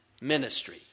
ministry